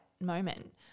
moment